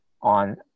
on